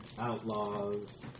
outlaws